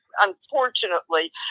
unfortunately